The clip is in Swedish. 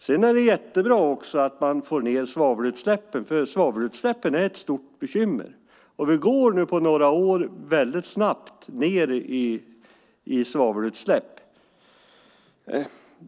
Sedan är det jättebra att man får ned svavelutsläppen, för svavelutsläppen är ett stort bekymmer. Svavelutsläppen går nu snabbt ned.